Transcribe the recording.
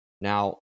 Now